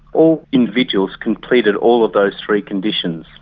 all individuals completed all of those three conditions.